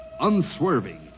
Unswerving